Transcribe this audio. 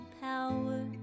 power